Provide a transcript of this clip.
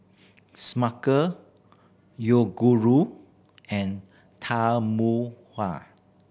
Smucker Yoguru and Tahuna